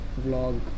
vlog